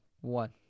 One